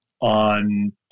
on